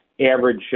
average